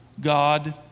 God